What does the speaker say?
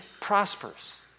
prosperous